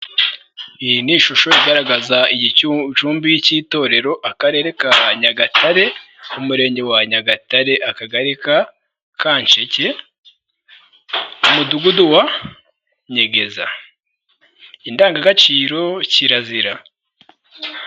Iyi ni ishusho igaragaza igicumbi cy'itorero, Akarere ka Nyagatare, Umurenge wa Nyagatare, Akagari ka Kasheke, Umudugudu wa nyegeza, indangagaciro kirazira.